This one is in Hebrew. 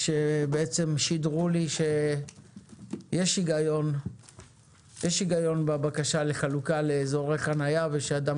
שבעצם שידרו לי יש היגיון בבקשה לחלוקה לאזורי חניה ושהאדם